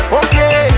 okay